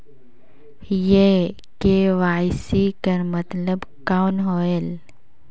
ये के.वाई.सी कर मतलब कौन होएल?